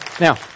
Now